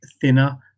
thinner